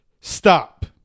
stop